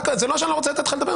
זה לא שאני לא רוצה לתת לך לדבר,